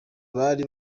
bari